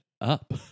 up